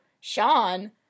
Sean